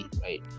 right